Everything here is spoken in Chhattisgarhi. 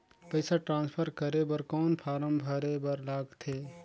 पईसा ट्रांसफर करे बर कौन फारम भरे बर लगथे?